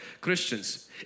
Christians